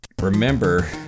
Remember